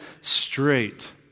straight